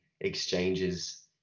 exchanges